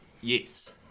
Yes